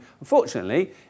unfortunately